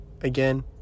again